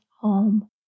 home